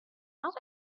not